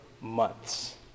months